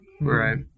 right